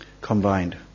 combined